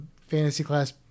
fantasy-class